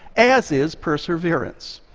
as is perseverance.